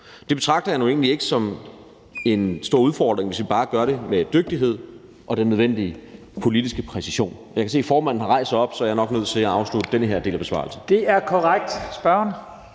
Det betragter jeg nu egentlig ikke som en stor udfordring, hvis vi bare gør det med dygtighed og den nødvendige politiske præcision. Jeg kan se, at formanden har rejst sig op, så jeg er nok nødt til at afslutte den her del af besvarelsen. Kl. 11:50 Første næstformand